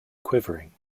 quivering